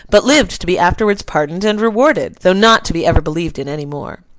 but lived to be afterwards pardoned and rewarded, though not to be ever believed in any more.